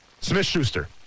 Smith-Schuster